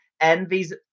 Envy's